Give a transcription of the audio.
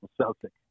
Celtic